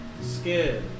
scared